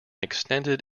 extended